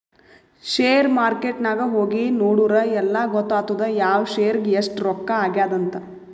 share market ನಾಗ್ ಹೋಗಿ ನೋಡುರ್ ಎಲ್ಲಾ ಗೊತ್ತಾತ್ತುದ್ ಯಾವ್ ಶೇರ್ಗ್ ಎಸ್ಟ್ ರೊಕ್ಕಾ ಆಗ್ಯಾದ್ ಅಂತ್